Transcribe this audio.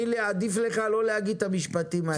רק 5% לא אשרתם לסגור מתוך כל הסניפים שנסגרו.